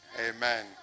Amen